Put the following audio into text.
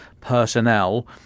personnel